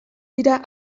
dira